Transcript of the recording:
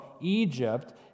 Egypt